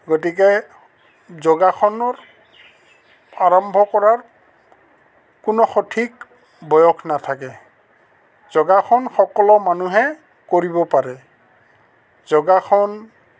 গতিকে যোগাসনৰ আৰম্ভ কৰাৰ কোনো সঠিক বয়স নাথাকে যোগাসন সকলো মানুহে কৰিব পাৰে যোগাসন